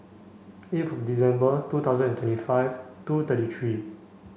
eighth December two thousand and twenty five two thirty three